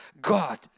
God